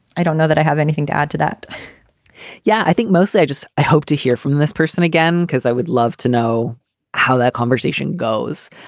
i don't know that i have anything to add to that yeah, i think mostly i just i hope to hear from this person again because i would love to know how that conversation goes.